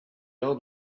old